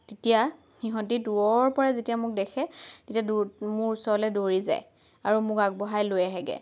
তিতিয়া সিহঁতে দূৰৰ পৰা যেতিয়া মোক দেখে তেতিয়া মোৰ ওচৰলৈ দৌৰি যায় আৰু মোক আগবঢ়াই লৈ আহেগৈ